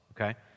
Okay